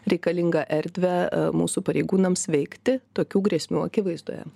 reikalingą erdvę mūsų pareigūnams veikti tokių grėsmių akivaizdoje